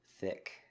thick